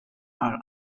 are